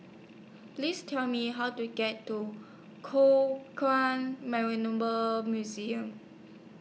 Please Tell Me How to get to Museum